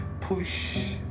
push